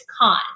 cause